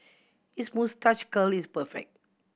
his moustache curl is perfect